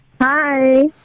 Hi